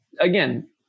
again